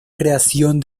creación